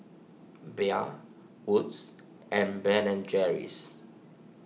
Bia Wood's and Ben and Jerry's